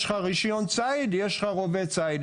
יש לך רישיון ציד, יש לך רובה ציד.